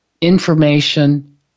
information